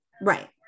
right